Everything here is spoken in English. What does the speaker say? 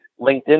LinkedIn